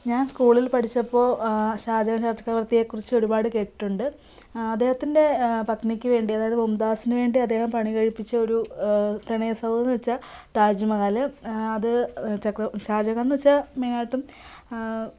ഞാൻ സ്കൂളിൽ പഠിച്ചപ്പോൾ ഷാജഹാൻ ചക്രവർത്തിയെക്കുറിച്ച് ഒരുപാട് കേട്ടിട്ടുണ്ട് അദ്ദേഹത്തിൻ്റെ പത്നിക്ക് വേണ്ടി അതായത് മുംതാസിന് വേണ്ടി അദ്ദേഹം പണി കഴിപ്പിച്ച ഒരു പ്രണയ സൗധം എന്ന് വച്ചാൽ താജ്മഹല് അത് ചക്ര ഷാജഹാൻ എന്ന് വച്ചാൽ മെയിനായിട്ടും